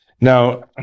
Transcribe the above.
Now